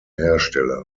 hersteller